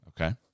Okay